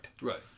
Right